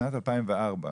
בשנת 2004,